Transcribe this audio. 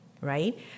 right